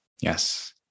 Yes